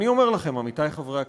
עמיתי חברי הכנסת,